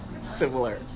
Similar